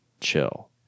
Chill